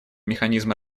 механизма